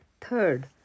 Third